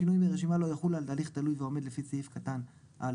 שינויים מהרשימה לא יחולו על הליך תלוי ועומד לפי סעיף קטן א'/4.